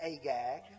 Agag